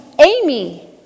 Amy